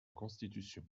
constitution